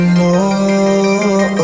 more